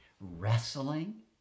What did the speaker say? wrestling